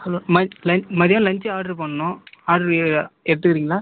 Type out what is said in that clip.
hello மை லை மதியானம் லன்ச் ஆட்ரு பண்ணணும் ஆ ஆட்ரு எடுத்துக்கிறீங்களா